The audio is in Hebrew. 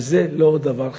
וזה לא דבר חינוכי.